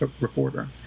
reporter